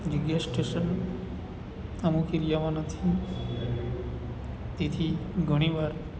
જે gas station અમુક એરિયામાં નથી તેથી ઘણી વાર